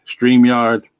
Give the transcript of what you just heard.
StreamYard